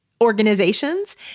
organizations